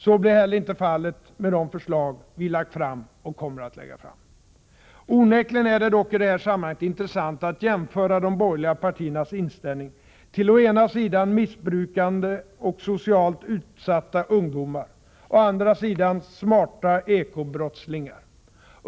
Så blir heller icke fallet med de förslag vi lagt och kommer att lägga fram. Onekligen är det dock i det här sammanhanget intressant att jämföra de borgerliga partiernas inställning till å ena sidan missbrukande och socialt utsatta ungdomar, å andra sidan smarta eko-brottslingar.